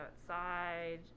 outside